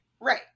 Right